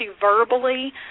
verbally